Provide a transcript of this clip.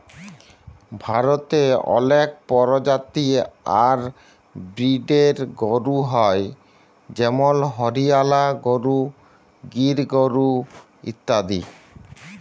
ভারতে অলেক পরজাতি আর ব্রিডের গরু হ্য় যেমল হরিয়ালা গরু, গির গরু ইত্যাদি